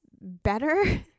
better